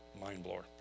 Mind-blower